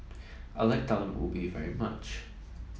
I like Talam Ubi very much